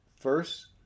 First